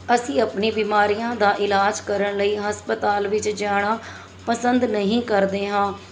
ਅਸੀਂ ਆਪਣੀ ਬਿਮਾਰੀਆਂ ਦਾ ਇਲਾਜ ਕਰਨ ਲਈ ਹਸਪਤਾਲ ਵਿੱਚ ਜਾਣਾ ਪਸੰਦ ਨਹੀਂ ਕਰਦੇ ਹਾਂ